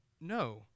no